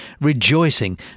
rejoicing